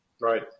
Right